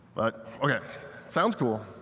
but sounds cool.